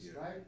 right